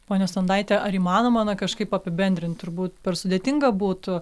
pone sondaite ar įmanoma na kažkaip apibendrint turbūt per sudėtinga būtų